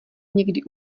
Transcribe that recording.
někdy